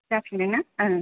जाफिनदों ना ओ